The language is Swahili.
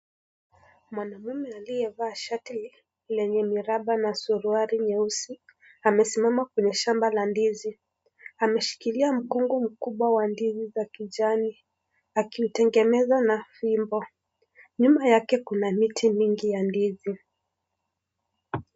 Mwanaume aliyevaa shati lenye miraba na suruali nyeusi, amesimama kwenye shamba la ndizi. Ameshikilia mkungu mkubwa wa ndizi za kijani akitengeneza na fimbo. Nyuma yake kuna miti mingi ya ndizi.